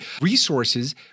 resources